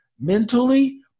mentally